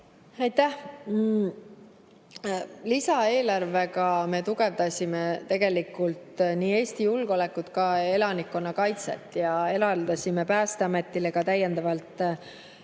Aitäh! Lisaeelarvega me tugevdasime tegelikult nii Eesti julgeolekut kui ka elanikkonnakaitset ja eraldasime Päästeametile täiendavalt raha